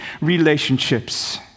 relationships